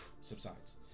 subsides